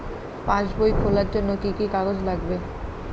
পাসবই খোলার জন্য কি কি কাগজ লাগবে?